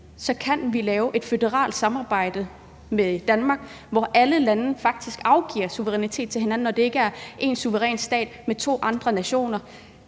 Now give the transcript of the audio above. kan vi lave et føderalt samarbejde med Danmark, hvor alle lande faktisk afgiver suverænitet til hinanden og det ikke er én suveræn stat med to andre nationer.